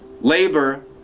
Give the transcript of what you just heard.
labor